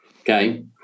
Okay